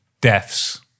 Death's